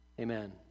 Amen